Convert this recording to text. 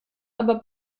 aber